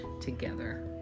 together